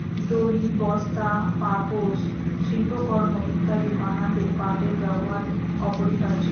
দড়ি, বস্তা, পাপোশ, শিল্পকর্ম ইত্যাদি বানাতে পাটের ব্যবহার অপরিহার্য